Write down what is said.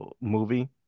movie